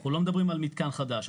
אנחנו לא מדברים על מתקן חדש,